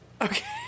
Okay